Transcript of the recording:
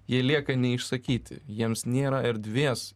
jie lieka neišsakyti jiems nėra erdvės